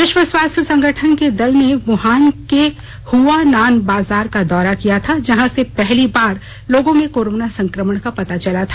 विश्व स्वास्थ्य संगठन के दल ने व्हान के हुआनान बाजार का दौरा किया था जहां से पहली बार लोगों में कोरोना संक्रमण का पता चला था